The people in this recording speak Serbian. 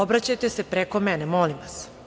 Obraćajte se preko mene, molim vas.